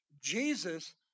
Jesus